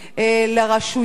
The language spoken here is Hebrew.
לרשויות.